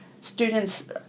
students